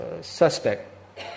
suspect